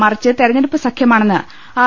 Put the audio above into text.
മറിച്ച് തെരഞ്ഞെ ടുപ്പ് സഖ്യമാണെന്ന് ആർ